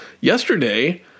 yesterday